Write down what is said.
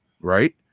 right